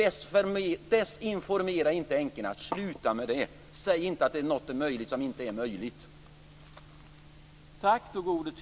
Desinformera inte änkorna! Sluta med det! Säg inte att något är möjligt som inte är möjligt!